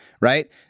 right